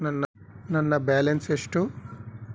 ನನ್ನ ಬ್ಯಾಲೆನ್ಸ್ ಎಷ್ಟು?